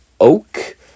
oak